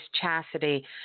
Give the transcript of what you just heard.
Chastity